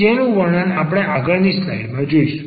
જેનું વર્ણન આપણે આગળની સ્લાઈડમાં જોઈશું